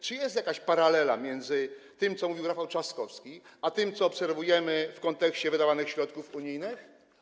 Czy jest jakaś paralela między tym, co mówił Rafał Trzaskowski, a tym, co obserwujemy w kontekście wydawanych środków unijnych?